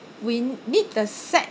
we need the set